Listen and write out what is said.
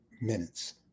minutes